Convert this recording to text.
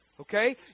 Okay